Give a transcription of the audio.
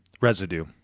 residue